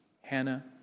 Hannah